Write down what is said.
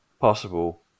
possible